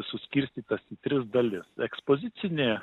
suskirstytas į tris dalis ekspozicinė